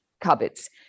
cupboards